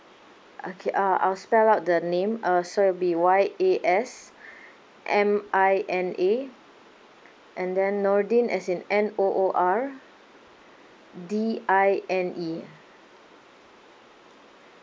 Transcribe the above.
okay uh I'll spell out the name uh so it will be Y_A_S_M_I_N_A and then noordine as in N_O_O_R_D_I_N_E